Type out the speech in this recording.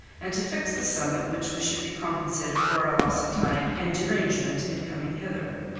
and to fix the sum at which we should be compensated for our loss of time and derangement in coming hither.